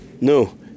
No